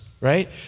right